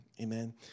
Amen